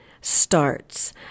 starts